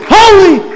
holy